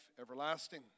everlasting